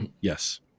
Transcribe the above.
Yes